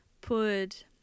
put